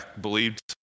believed